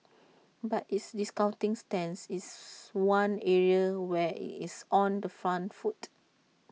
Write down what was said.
but its discounting stance is one area where IT is on the front foot